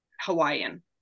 Hawaiian